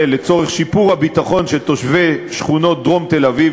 לצורך שיפור הביטחון של תושבי שכונות דרום תל-אביב